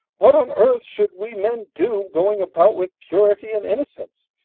what on earth should we men do going about with purity and innocence?